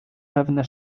pewne